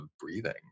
breathing